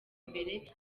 mbere